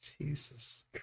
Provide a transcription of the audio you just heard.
Jesus